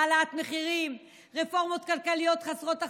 העלאת מחירים, רפורמות כלכליות חסרות אחריות,